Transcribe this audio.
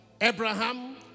Abraham